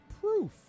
proof